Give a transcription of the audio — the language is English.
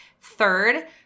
Third